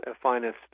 finest